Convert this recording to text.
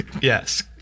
Yes